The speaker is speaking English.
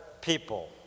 people